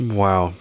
wow